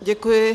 Děkuji.